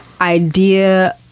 idea